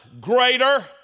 greater